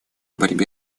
борьбе